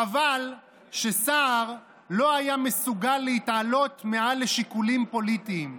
חבל שסער לא היה מסוגל להתעלות מעל לשיקולים פוליטיים.